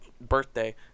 birthday